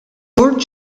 sur